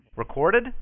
Recorded